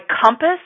compass